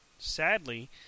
sadly